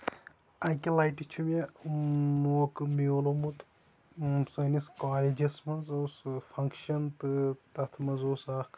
اَکہِ لَٹہِ چھُ مےٚ موقعہٕ میولمُت سٲنِس کالجس منٛز اوس فنگشن تہٕ تَتھ منٛز اوس اکھ